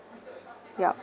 yup